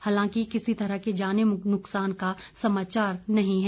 हालांकि किसी तरह के जानी नुकसान का समाचार नहीं है